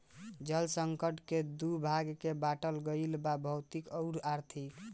जल संकट के दू भाग में बाटल गईल बा भौतिक अउरी आर्थिक